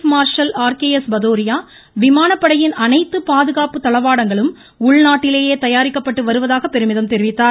ப் marshal RKS Bhadauria விமானப்படையின் அனைத்து பாதுகாப்பு தளவாடங்களும் உள்நாட்டிலேயே தயாரிக்கப்பட்டு வருவதாக பெருமிதம் தெரிவித்தார்